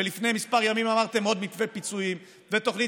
ולפני כמה ימים אמרתם עוד מתווה פיצויים ותוכנית